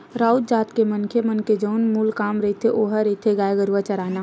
राउत जात के मनखे मन के जउन मूल काम रहिथे ओहा रहिथे गाय गरुवा चराना